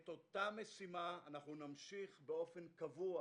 את אותה משימה נמשיך באופן קבוע,